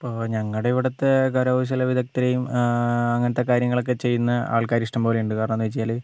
ഇപ്പോൾ ഞങ്ങളുടെ ഇവിടത്തെ കരകൗശല വിദഗ്ധരെയും അങ്ങനത്തെ കാര്യങ്ങളൊക്കെ ചെയ്യുന്ന ആൾക്കാർ ഇഷ്ടംപോലെയുണ്ട് കാരണം എന്താന്ന് വെച്ചാൽ